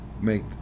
make